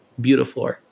Beautiful